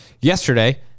yesterday